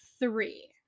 three